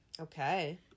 Okay